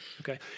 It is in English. okay